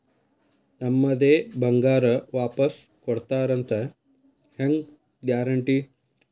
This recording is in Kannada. ನಮ್ಮದೇ ಬಂಗಾರ ವಾಪಸ್ ಕೊಡ್ತಾರಂತ ಹೆಂಗ್ ಗ್ಯಾರಂಟಿ?